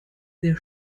der